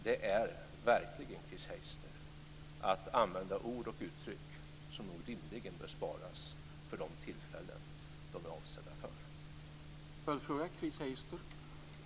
Det är verkligen, Chris Heister, att använda ord och uttryck som nog rimligen bör sparas för de tillfällen som de är avsedda för.